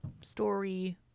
story